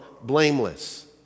blameless